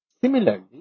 similarly